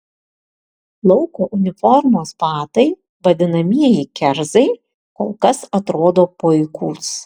lauko uniformos batai vadinamieji kerzai kol kas atrodo puikūs